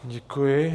Děkuji.